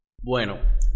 Bueno